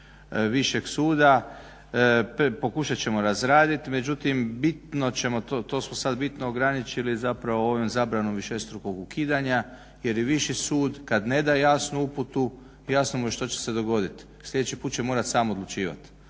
višeg suda pokušat ćemo razradit. Međutim, bitno ćemo, to su sad bitno ograničili zapravo ovom zabranom višestrukog ukidanja, jer viši sud kad ne da jasnu uputu jasno mu je što će se dogodit. Sljedeći put će morat sam odlučivat.